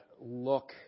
look